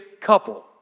couple